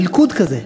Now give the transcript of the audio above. מלכוד כזה,